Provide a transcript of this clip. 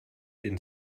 den